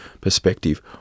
perspective